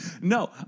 No